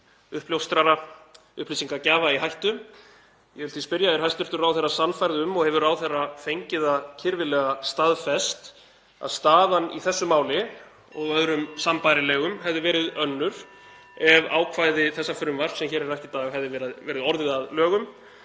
uppljóstrara, upplýsingagjafa, í hættu. Ég vil því spyrja: Er hæstv. ráðherra sannfærður um og hefur ráðherra fengið það kirfilega staðfest að staðan í þessu máli og öðrum (Forseti hringir.) sambærilegum hefði verið önnur ef ákvæði þessa frumvarps sem hér er rætt í dag hefðu verið orðin að lögum